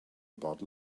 about